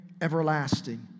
everlasting